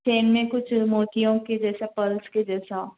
چین میں کچھ موتیوں کے جیسا پرلس کے جیسا